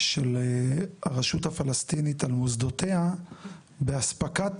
של הרשות הפלסטינית על מוסדותיה באספקת